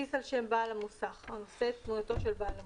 כרטיס על שם בעל המוסך הנושא את תמונתו של בעל המוסך,